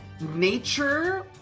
nature